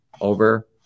over